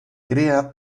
crea